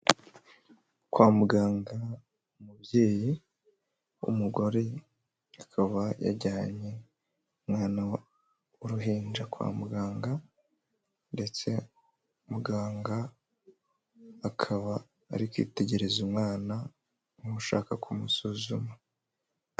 Kwa muganga umubyeyi w'umugore akaba yajyanye umwana w’ uruhinja kwa muganga, ndetse muganga akaba ari kwitegereza umwana nkushaka kumusuzuma.